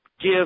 give